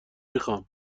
میخوام